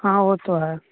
हँ वो तो है